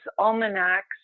almanacs